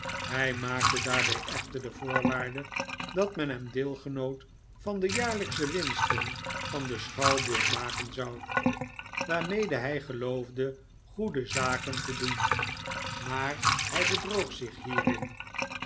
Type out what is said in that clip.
hij maakte daarbij echter de voorwaarde dat men hem deelgenoot van de jaarlh'ksche winsten van den schouwburg maken zou waarmede hij geloofde goede zaken te doen maar hij bedroog zich hierin